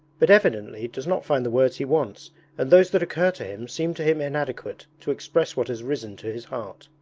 but evidently does not find the words he wants and those that occur to him seem to him inadequate to express what has risen to his heart.